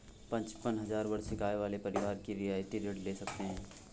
पचपन हजार वार्षिक आय वाले परिवार ही रियायती ऋण ले सकते हैं